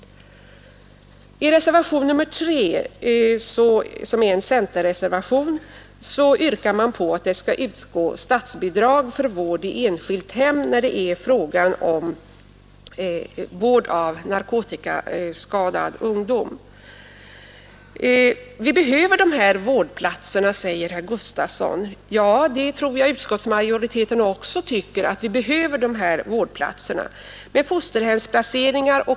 I reservationen 3, som är en centerpartireservation, yrkas att statsbidrag skall utgå för vård i enskilt hem när det gäller narkotikaskadad ungdom. Vi behöver dessa vårdplatser, säger herr Gustavsson i Alvesta. Det är också utskottsmajoritetens åsikt att vi behöver dessa vårdplatser med fosterhemsplacering.